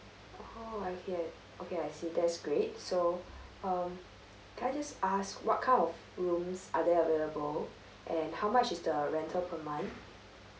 oh okay okay I see that's great so um can I just ask what kind of rooms are there available and how much is the rental per month